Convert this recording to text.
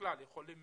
ובכלל אנשים יכולים